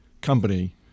company